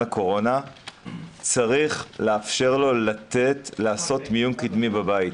הקורונה צריך לאפשר לו לתת לעשות מיון קדמי בבית,